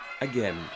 Again